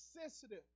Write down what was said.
sensitive